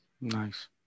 Nice